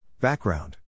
Background